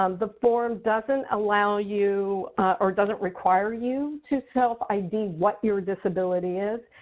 um the form doesn't allow you or doesn't require you to self id what your disability is.